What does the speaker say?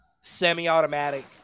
semi-automatic